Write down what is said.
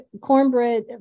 cornbread